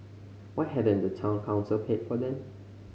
why hadn't the Town Council paid for them